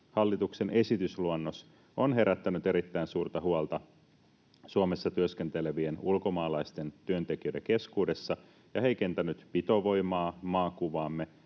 hallituksen esitysluonnos on herättänyt erittäin suurta huolta Suomessa työskentelevien ulkomaalaisten työntekijöiden keskuudessa ja heikentänyt pitovoimaa, maakuvaamme